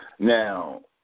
Now